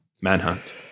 Manhunt